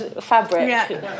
fabric